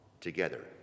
together